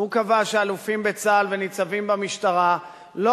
הוא קבע שאלופים בצה"ל וניצבים במשטרה לא